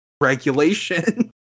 regulation